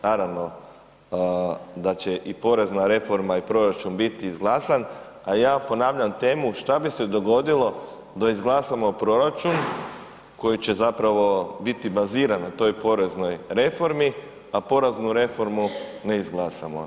Naravno da će i porezna reforma i proračun biti izglasan, a ja ponavljam temu šta bi se dogodilo da izglasamo proračun koji će zapravo biti baziran na toj poreznoj reformi, a poreznu reformu ne izglasamo.